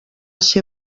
ser